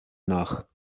nach